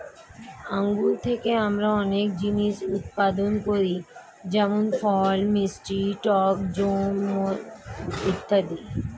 আঙ্গুর থেকে আমরা অনেক জিনিস উৎপাদন করি যেমন ফল, মিষ্টি, টক জ্যাম, মদ ইত্যাদি